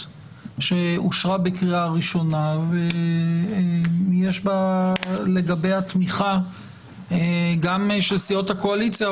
שאושרה בקריאה ראשונה ויש לגביה תמיכה גם של סיעות הקואליציה,